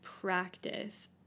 practice